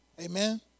Amen